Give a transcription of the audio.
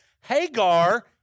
Hagar